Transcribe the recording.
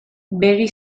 begi